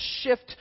shift